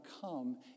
come